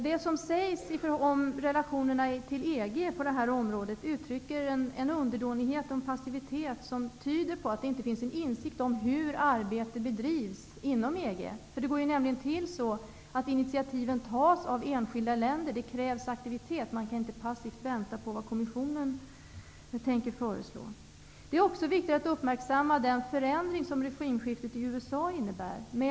Det som sägs om relationerna till EG på detta område uttrycker en underdånighet och inaktivitet som tyder på att det inte finns en insikt om hur arbetet bedrivs inom EG. Det går nämligen till så att initiativen tas av enskilda länder. Det krävs aktivitet. Man kan inte passivt vänta på vad kommissionen tänker föreslå. Det är också viktigt att uppmärksamma den förändring som regimskiftet i USA innebär.